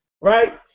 right